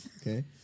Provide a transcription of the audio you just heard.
Okay